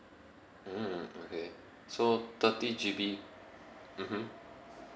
mm okay so thirty G_B mmhmm